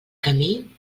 camí